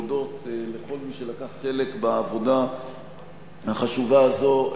להודות לכל מי שלקח חלק בעבודה החשובה הזאת.